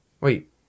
Wait